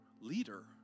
leader